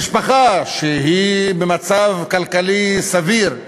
משפחה שהיא במצב כלכלי סביר,